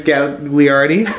Gagliardi